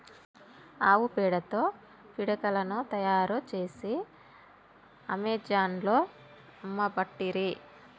ఆవు పేడతో పిడికలను తాయారు చేసి అమెజాన్లో అమ్మబట్టిరి